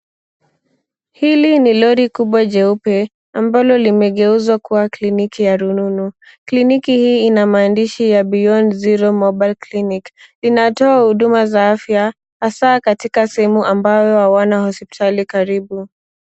Hili ni lori kubwa jeupe ambalo limegeuzwa kuwa kliniki ya rununu kliniki hii ina maandishi ya beyond zero mobile clinic inatoa huduma za afya hasa katika sehemu ambayo hawana hospitali karibu.